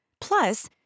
Plus